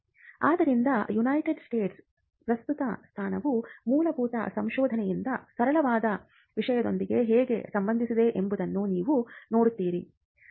ಆದ್ದರಿಂದ ಯುನೈಟೆಡ್ ಸ್ಟೇಟ್ಸ್ನ ಪ್ರಸ್ತುತ ಸ್ಥಾನವು ಮೂಲಭೂತ ಸಂಶೋಧನೆಯಂತೆ ಸರಳವಾದ ವಿಷಯದೊಂದಿಗೆ ಹೇಗೆ ಸಂಬಂಧಿಸಿದೆ ಎಂಬುದನ್ನು ನೀವು ನೋಡುತ್ತೀರಿ